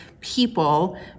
people